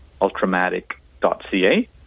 ultramatic.ca